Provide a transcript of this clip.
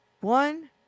one